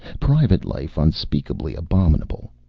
private life unspeakably abominable.